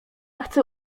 chce